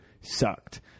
sucked